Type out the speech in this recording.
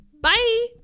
Bye